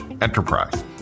enterprise